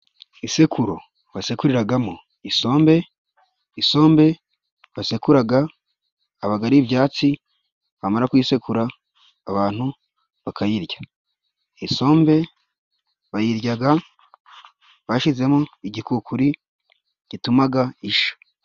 Isekuru basekuriragamo isombe, isombe basekuraga abaga ari ibyatsi, bamara kuyisekura abantu bakayirya. Isombe bayiryaga bashizemo igikukuri gitumaga isha.